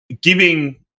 Giving